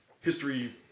history